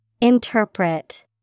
Interpret